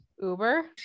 uber